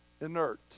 inert